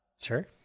Sure